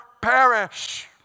perish